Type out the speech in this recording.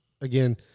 again